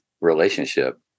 relationship